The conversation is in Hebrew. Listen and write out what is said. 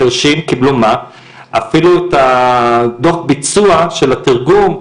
אפילו את הדו"ח ביצוע של התרגום,